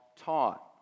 taught